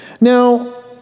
Now